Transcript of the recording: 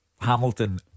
Hamilton